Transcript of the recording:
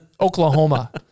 Oklahoma